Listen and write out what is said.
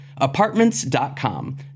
Apartments.com